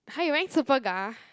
!huh! you wearing Superga